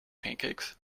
pancakes